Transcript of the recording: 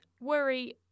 Worry